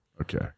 Okay